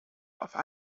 offer